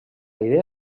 idea